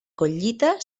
collita